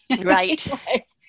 Right